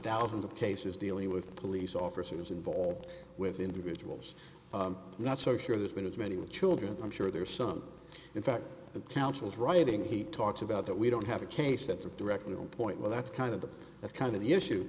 thousands of cases dealing with police officers involved with individuals not so sure there's been as many children i'm sure there are some in fact councils writing he talks about that we don't have a case that's directly on point well that's kind of the kind of the issue